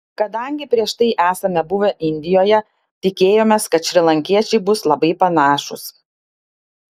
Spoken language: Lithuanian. kadangi prieš tai esame buvę indijoje tikėjomės kad šrilankiečiai bus labai panašūs